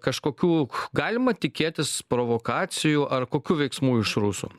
kažkokių galima tikėtis provokacijų ar kokių veiksmų iš rusų